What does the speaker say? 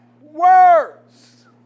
words